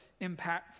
impactful